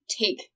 take